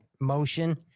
motion